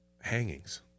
hangings